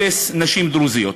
אפס נשים דרוזיות,